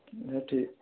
ହଁ ଠିକ୍